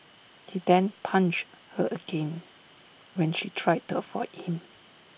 he then punched her again when she tried to avoid him